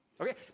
Okay